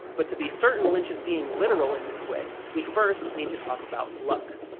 but to be certain lynch is being literal in this way we first need to talk about luck.